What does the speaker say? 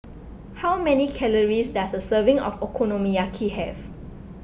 how many calories does a serving of Okonomiyaki have